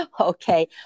okay